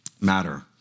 matter